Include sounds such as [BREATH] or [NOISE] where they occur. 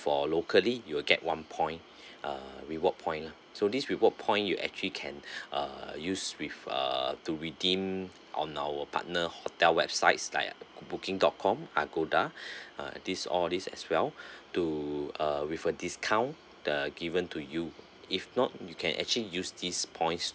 for locally you will get one point uh reward point lah so this reward point you actually can [BREATH] err use with uh to redeem on our partner hotel websites like booking dot com agoda [BREATH] uh these all these as well to uh refer discount that given if not you can actually use these points